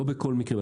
לא בכל מקרה.